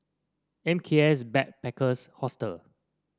M K S Backpackers Hostel